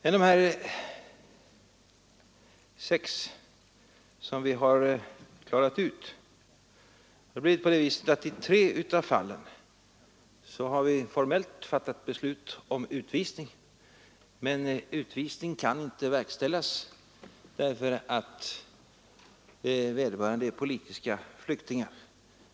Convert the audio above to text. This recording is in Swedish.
I tre av de sex fall som vi klarat ut har vi formellt fattat beslut om utvisning — men utvisning kan inte verkställas därför att vederbörande är politiska flyktingar.